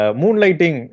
moonlighting